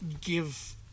give